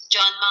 John